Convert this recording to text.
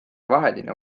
vaheline